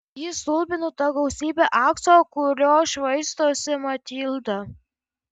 jį stulbino ta gausybė aukso kuriuo švaistosi matilda